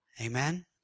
Amen